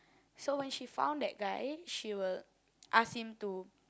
so when she found that guy she will ask him to